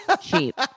Cheap